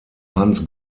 hans